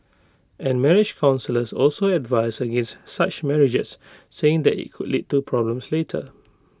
and marriage counsellors also advise against such marriages saying that IT could lead to problems later